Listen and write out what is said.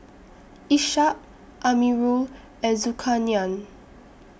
Ishak Amirul and Zulkarnain